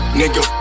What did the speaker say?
nigga